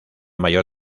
mayor